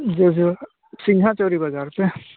जो जो सीधा जोहरी बाज़ार से